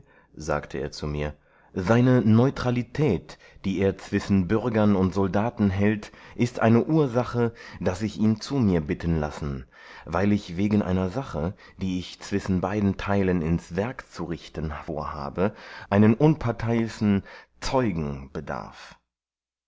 sagte er zu mir seine neutralität die er zwischen bürgern und soldaten hält ist eine ursache daß ich ihn zu mir bitten lassen weil ich wegen einer sache die ich zwischen beiden teilen ins werk zu richten vorhabe einen unparteischen zeugen bedarf